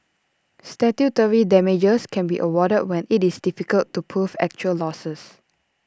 statutory damages can be awarded when IT is difficult to prove actual losses